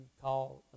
called